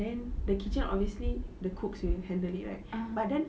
then the kitchen obviously the cooks will handle it right but then